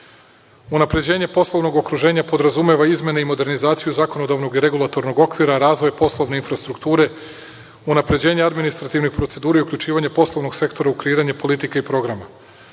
Unapređenje poslovnog okruženja podrazumeva izmenu i modernizaciju zakonodavnog i regulatornog okvira, razvoj poslovne infrastrukture, unapređenje administrativne procedure i uključivanje poslovnog sektora u kreiranju politike i programa.